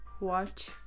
watch